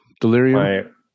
delirium